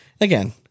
again